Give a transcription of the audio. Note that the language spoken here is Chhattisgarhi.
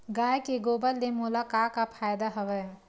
गाय के गोबर ले मोला का का फ़ायदा हवय?